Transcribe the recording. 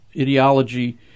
ideology